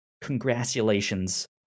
congratulations